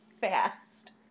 fast